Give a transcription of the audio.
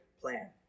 plan